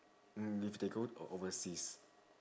mm if they go o~ overseas